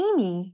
Amy